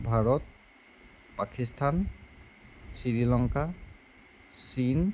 ভাৰত পাকিস্থান শ্ৰী লংকা চীন